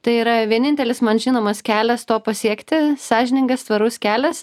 tai yra vienintelis man žinomas kelias to pasiekti sąžiningas tvarus kelias